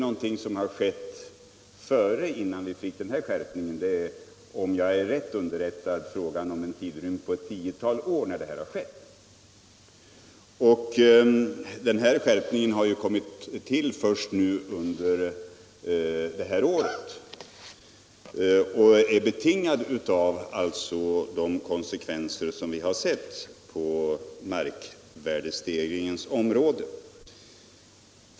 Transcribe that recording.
Detta förvärv har skett - om jag är rätt underrättad — under en tidrymd på ett tiotal år, och skärpningen i tillämpningen av bestämmelserna har kommit till först under senare år. Den är betingad av de konsekvenser som vi har sett på markvärdestegringens område.